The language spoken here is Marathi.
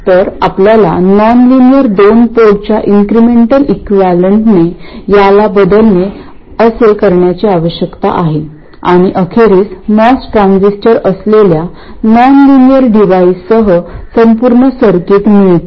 तर आपल्याला नॉनलिनियर दोन पोर्टच्या इन्क्रिमेंटल इक्विवलेंटने याला बदलणे असे करण्याची आवश्यकता आहे आणि अखेरीस मॉस ट्रान्झिस्टर असलेल्या नॉनलिनियर डिव्हाइससह संपूर्ण सर्किट मिळते